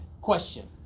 Question